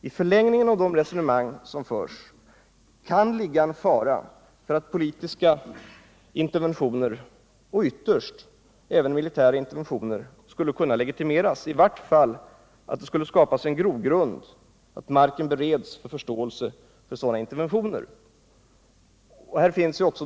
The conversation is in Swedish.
I förlängningen av de resonemang som förs kan ligga en fara för att politiska interventioner och ytterst även militära interventioner skulle kunna legitimeras eller i vart fall att det skulle kunna skapas en grogrund, så att marken bereds för förståelse för sådana interventioner.